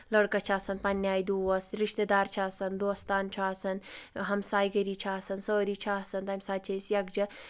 لڑکَس چھِ آسان پَنٕنہِ آیہِ دوس رِشتہٕ دار چھِ آسان دوستان چھُ آسان ہمسایہِ گٔری چھِ آسان سٲری چھِ آسان تَمہِ ساتہٕ چھِ أسۍ یکجاہ